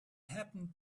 happened